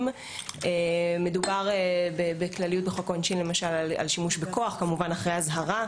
הדבר הזה ממשיך להתרחב,